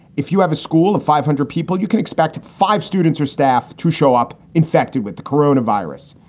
if you have a school of five hundred people, you can expect five students or staff to show up infected with the coronavirus.